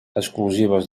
exclusives